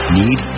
need